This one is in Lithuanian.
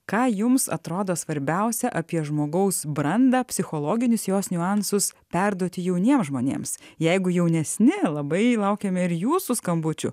ką jums atrodo svarbiausia apie žmogaus brandą psichologinius jos niuansus perduoti jauniems žmonėms jeigu jaunesni labai laukiame ir jūsų skambučių